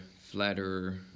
flatterer